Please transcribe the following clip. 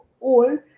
old